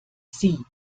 sie